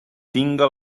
tinga